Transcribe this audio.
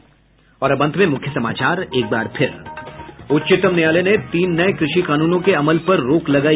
और अब अंत में मुख्य समाचार एक बार फिर उच्चतम न्यायालय ने तीन नये कृषि कानूनों के अमल पर रोक लगाई